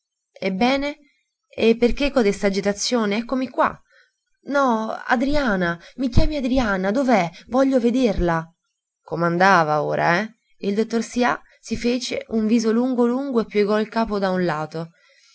ebbene e perché codesta agitazione eccomi qua o driana i chiami adriana dov'è voglio vederla comandava ora eh il dottor sià fece un viso lungo lungo e piegò il capo da un lato